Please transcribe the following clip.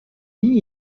vie